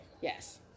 yes